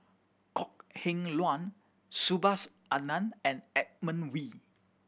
Kok Heng Leun Subhas Anandan and Edmund Wee